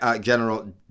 General